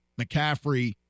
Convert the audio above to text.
McCaffrey